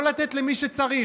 לא לתת למי שצריך.